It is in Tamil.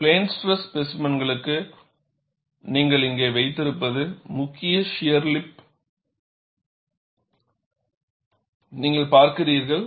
பிளேன்ஸ்ட்ரெஸ் ஸ்பேசிமென்களுக்கு நீங்கள் இங்கே வைத்திருப்பது முக்கிய ஷியர் லிப்கள் நீங்கள் பார்க்கிறீர்கள்